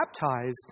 baptized